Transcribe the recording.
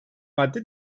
madde